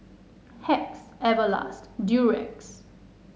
Hacks Everlast and Durex